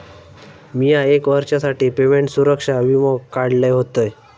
मिया एक वर्षासाठी पेमेंट सुरक्षा वीमो काढलय होतय